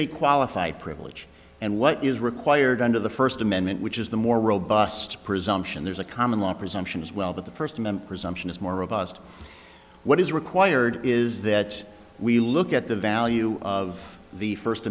a qualified privilege and what is required under the first amendment which is the more robust presumption there's a common law presumption as well that the first amendment presumption is more robust what is required is that we look at the value of the first